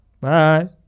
Bye